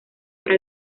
para